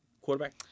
quarterback